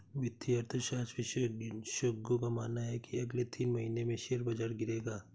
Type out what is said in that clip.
वित्तीय अर्थशास्त्र विशेषज्ञों का मानना है की अगले तीन महीने में शेयर बाजार गिरेगा